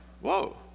whoa